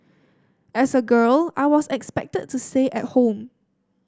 as a girl I was expected to stay at home